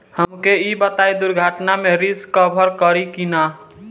हमके ई बताईं दुर्घटना में रिस्क कभर करी कि ना?